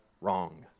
wrong